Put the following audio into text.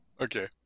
Okay